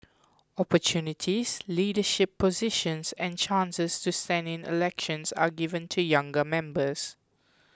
opportunities leadership positions and chances to stand in elections are given to younger members